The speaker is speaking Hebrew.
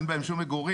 אין בהן שום מגורים,